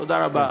תודה רבה.